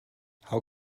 how